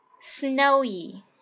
snowy